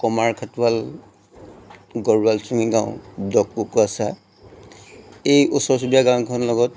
কমাৰ খটোৱাল গৰোৱাল চুঙি গাঁও দকোকচা এই ওচৰ চুবুৰীয়া গাঁওকেইখনৰ লগত